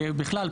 בכלל,